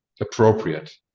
appropriate